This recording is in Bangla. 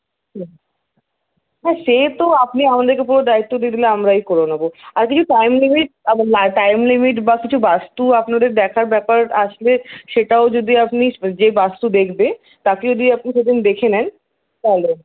হ্যাঁ সে তো আপনি আমাদের কে পুরো দায়িত্ব দিয়ে দিলে আমরাই করে নেবো আর কিছু পয়েন্ট লিমিট বা টাইম লিমিট বা কিছু বাস্তু আপনাদের দেখার ব্যাপার আসলে সেটাও যদি আপনি যে বাস্তু দেখবে তাকে দিয়ে আপনি যদি দেখিয়ে নেন তাহলে